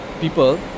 people